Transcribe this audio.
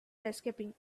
escaping